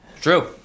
True